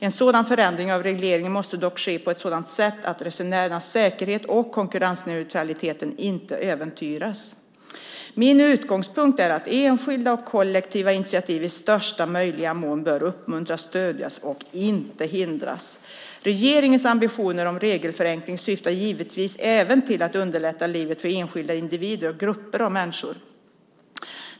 En sådan förändring av regleringen måste dock ske på ett sådant sätt att resenärernas säkerhet och konkurrensneutraliteten inte äventyras. Min utgångspunkt är att enskilda och kollektiva initiativ i största möjliga mån bör uppmuntras, stödjas och inte hindras. Regeringens ambitioner om regelförenkling syftar givetvis även till att underlätta livet för enskilda individer och grupper av människor.